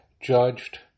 judged